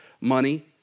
money